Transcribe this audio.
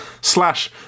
slash